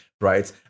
right